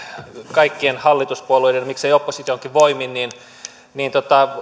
kaikkien hallituspuolueiden miksei oppositionkin voimin niin niin